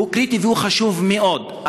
שהוא קריטי וחשוב מאוד.